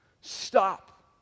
stop